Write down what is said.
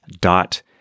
dot